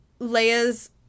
Leia's